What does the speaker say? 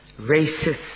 racist